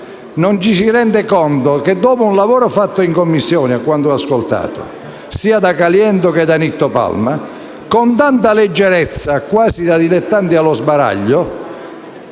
non ci si renda conto che, dopo un lavoro fatto in Commissione (a quanto ho ascoltato dai senatori Caliendo e Palma), con tanta leggerezza, quasi da dilettanti allo sbaraglio,